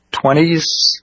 twenties